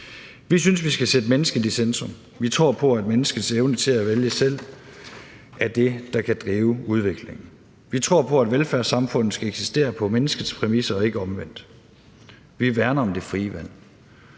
Vi synes, vi skal sætte mennesket i centrum. Vi tror på, at menneskets evne til at vælge selv er det, der kan drive udviklingen. Vi tror på, at velfærdssamfundet skal eksistere på menneskets præmisser og ikke omvendt. Vi værner om det frie valg.